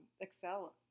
excel